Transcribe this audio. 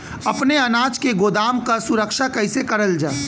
अपने अनाज के गोदाम क सुरक्षा कइसे करल जा?